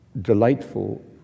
delightful